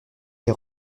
les